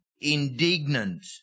indignant